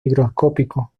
higroscópico